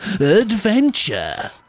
Adventure